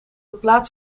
plaats